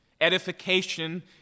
Edification